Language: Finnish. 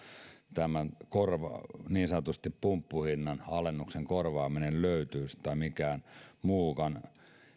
tämän niin sanotusti pumppuhinnan alennuksen korvaaminen löytyisi tai mikään muukaan